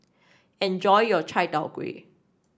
enjoy your Chai Tow Kway